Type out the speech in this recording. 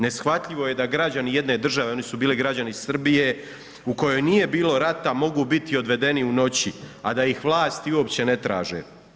Neshvatljivo je da građani jedne države, oni su bili građani Srbije u kojoj nije bilo rata mogu biti odvedeni u noći a da ih vlasti uopće ne traže.